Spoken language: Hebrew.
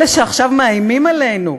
אלה שעכשיו מאיימים עלינו,